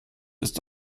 ist